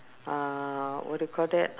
uh what do you call that